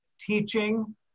teaching